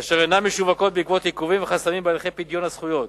אשר אינן משווקות בעקבות עיכובים וחסמים בהליכי פדיון הזכויות.